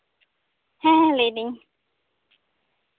ᱦᱮᱸ ᱞᱟᱹᱭ ᱫᱤᱧ